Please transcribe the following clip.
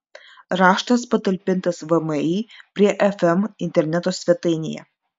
raštas patalpintas vmi prie fm interneto svetainėje